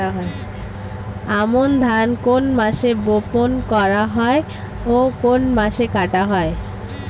আমন ধান কোন মাসে বপন করা হয় ও কোন মাসে কাটা হয়?